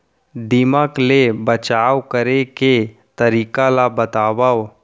दीमक ले बचाव करे के तरीका ला बतावव?